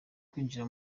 kwinjira